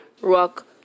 rock